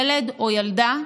ילד או ילדה.